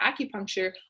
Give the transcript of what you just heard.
acupuncture